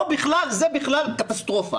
פה זו בכלל קטסטרופה.